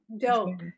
dope